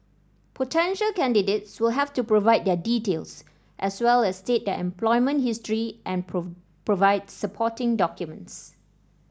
potential candidates will have to provide their details as well as state their employment history and provide supporting documents